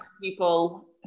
people